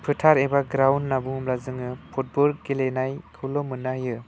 फोथार एबा ग्राउन्ड होनना बुङोब्ला जोङो फुटबल गेलेनायखौल' मोननो हायो